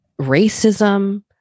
racism